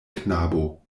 knabo